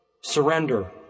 surrender